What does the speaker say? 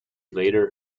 later